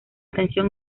tensión